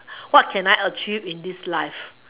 what can I achieve in this life